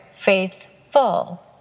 faithful